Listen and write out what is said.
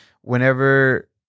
whenever